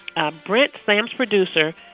ah brent, sam's producer,